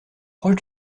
proche